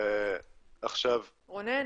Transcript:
--- שיהיה בקשב לוועדה --- עכשיו --- רונן.